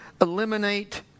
eliminate